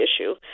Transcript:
issue